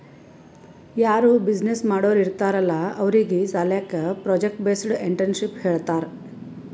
ಯಾರೂ ಬಿಸಿನ್ನೆಸ್ ಮಾಡೋರ್ ಇರ್ತಾರ್ ಅಲ್ಲಾ ಅವ್ರಿಗ್ ಸಾಲ್ಯಾಕೆ ಪ್ರೊಜೆಕ್ಟ್ ಬೇಸ್ಡ್ ಎಂಟ್ರರ್ಪ್ರಿನರ್ಶಿಪ್ ಹೇಳ್ತಾರ್